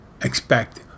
expect